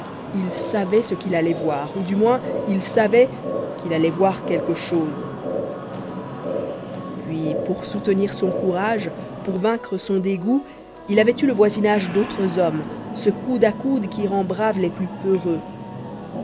il savait ce qu'il allait voir ou du moins il savait qu'il allait voir quelque chose puis pour soutenir son courage pour vaincre son dégoût il avait eu le voisinage d'autres hommes ce coude à coude qui rend braves les plus peureux